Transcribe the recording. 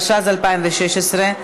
התשע"ז 2016,